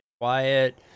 quiet